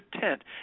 tent